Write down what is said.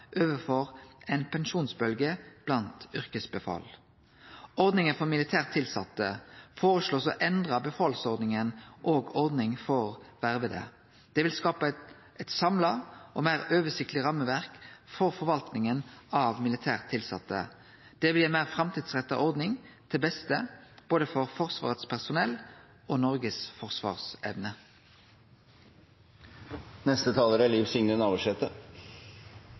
overfor ei pensjonsbølgje blant yrkesbefal. Ordninga for militært tilsette blir føreslått å erstatte befalsordninga og ordninga for verva. Det vil skape eit samla og meir oversiktleg rammeverk for forvaltninga av militært tilsette. Det vil gi ei meir framtidsretta ordning – til beste for både Forsvarets personell og Noregs forsvarsevne. Det er